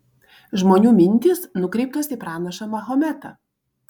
žmonių mintys nukreiptos į pranašą mahometą